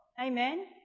Amen